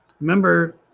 remember